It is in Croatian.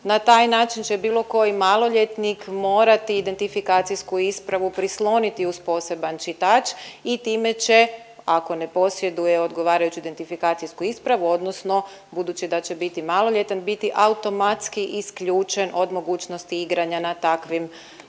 Na taj način će bilo koji maloljetnik morati identifikacijsku ispravu prisloniti uz poseban čitač i time će ako ne posjeduje odgovarajuću identifikacijsku ispravu odnosno budući da će biti maloljetan biti automatski isključen od mogućnosti igranja na takvim aparatima